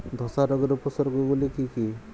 ধসা রোগের উপসর্গগুলি কি কি?